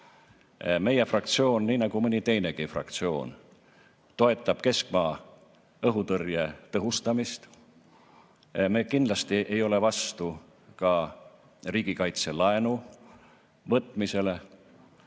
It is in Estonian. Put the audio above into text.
Meie fraktsioon, nii nagu mõni teinegi fraktsioon, toetab keskmaa õhutõrje tõhustamist, me kindlasti ei ole vastu ka riigikaitselaenu võtmisele.